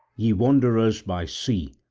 ye wanderers by sea,